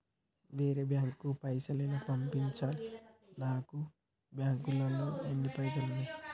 వేరే బ్యాంకుకు పైసలు ఎలా పంపించాలి? నా బ్యాంకులో ఎన్ని పైసలు ఉన్నాయి?